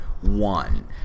one